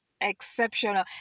exceptional